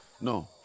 No